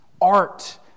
art